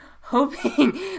hoping